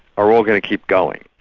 are all going to keep going.